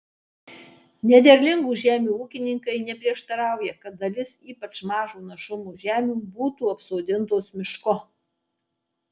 nederlingų žemių ūkininkai neprieštarauja kad dalis ypač mažo našumo žemių būtų apsodintos mišku